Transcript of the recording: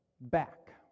back